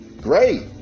Great